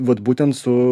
vat būtent su